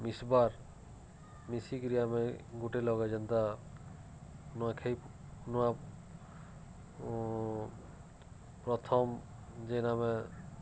ମିଶ୍ବାର୍ ମିଶିକିରି ଆମେ ଗୁଟେ ଲଗେ ଯେନ୍ତା ନୂଆଖାଇ ନୂଆ ପ୍ରଥମ ଯେନ୍ ଆମେ